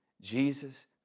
Jesus